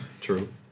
True